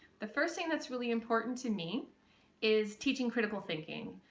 the first thing that's really important to me is teaching critical thinking.